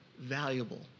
valuable